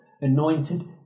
anointed